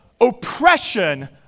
oppression